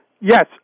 Yes